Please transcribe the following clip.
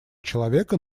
человека